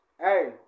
Hey